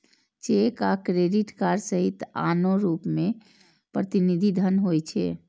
cheque आ credit card सहित आनो रूप मे प्रतिनिधि धन होइ छै